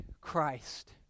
Christ